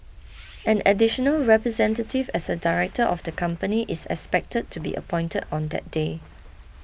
an additional representative as a director of the company is expected to be appointed on that day